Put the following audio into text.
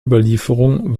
überlieferung